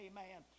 Amen